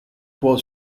was